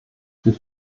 durch